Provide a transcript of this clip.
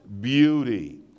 beauty